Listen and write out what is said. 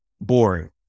boring